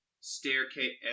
Staircase